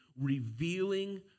revealing